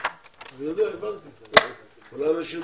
ננעלה בשעה